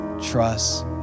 trust